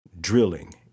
drilling